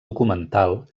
documental